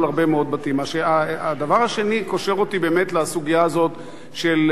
הדבר השני קושר אותי באמת לסוגיה הזאת של ועדת-לוי.